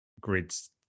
grids